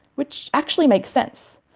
which actually makes sense.